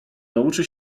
nauczy